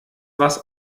was